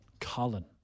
Colin